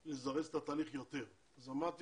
לזרז את התהליך יותר, אז לדעתי